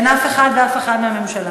אין אף אחד ואף אחת מהממשלה.